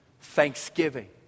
thanksgiving